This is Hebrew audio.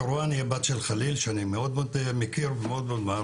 כרואן היא הבת של חליל שאני מכיר ומעריך.